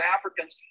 Africans